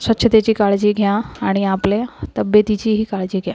स्वच्छतेची काळजी घ्या आणि आपल्या तब्येतीचीही काळजी घ्या